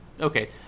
Okay